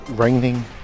Raining